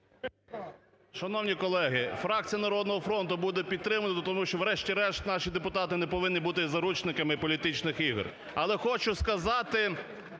Шановні колеги! Фракція "Народного фронту" буде підтримувати. Тому що врешті-решт наші депутати не повинні бути заручниками політичних ігор. Але хочу сказати